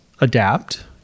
adapt